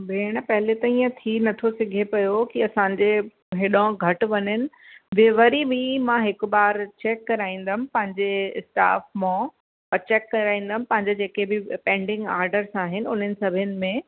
भेण पहले त इअं थी नथो सघे पयो की असांजे हेॾों घटि वञनि ॿिए वरी बि मां हिकु बार चैक कराईंदमि पंहिंजे स्टाफ़ मां हिकु बार चैक कराईंदमि पंहिंजा जेके बि पेंडिंग ऑडर्स आहिनि उन सभिनि में